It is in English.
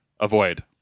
Avoid